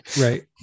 Right